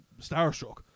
starstruck